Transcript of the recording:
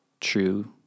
true